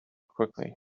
quickly